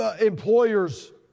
employers